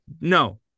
no